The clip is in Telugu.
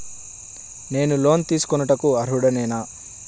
నేను లోన్ తీసుకొనుటకు అర్హుడనేన?